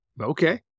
Okay